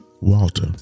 Walter